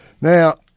Now